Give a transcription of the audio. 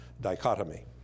dichotomy